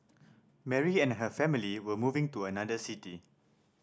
Mary and her family were moving to another city